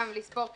גם לספור כסף,